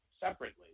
separately